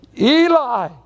Eli